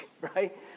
right